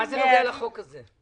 מה זה קשור לחוק הזה?